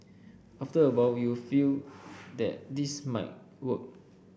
after a while you feel that this might work